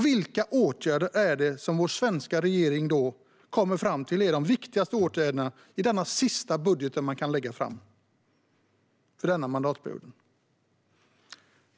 Vilka åtgärder är det som den svenska regeringen kommer fram till är viktigast i den sista budget man kan lägga fram under den här mandatperioden?